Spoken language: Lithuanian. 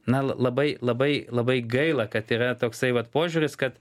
na labai labai labai gaila kad yra toksai vat požiūris kad